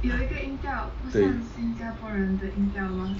对